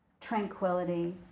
tranquility